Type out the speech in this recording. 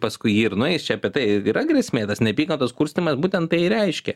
paskui jį ir nueis čia apie tai yra grėsmė tas neapykantos kurstymas būtent tai ir reiškia